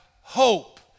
hope